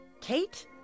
Kate